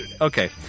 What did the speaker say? okay